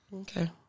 okay